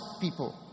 people